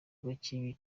nk’ibi